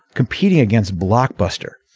competing against blockbuster.